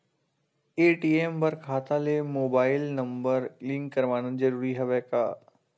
ATM बर खाता ले मुबाइल नम्बर लिंक करवाना ज़रूरी हवय का?